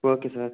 okay sir